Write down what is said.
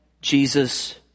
Jesus